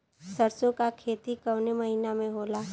सरसों का खेती कवने महीना में होला?